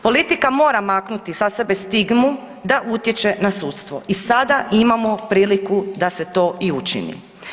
Politika mora maknuti sa sebe stigmu da utječe na sudstvo i sada imamo priliku da se to i učini.